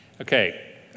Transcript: Okay